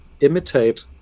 imitate